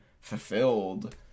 fulfilled